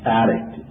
addict